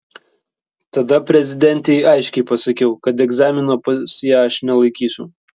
tada prezidentei aiškiai pasakiau kad egzamino pas ją aš nelaikysiu